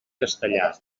castellà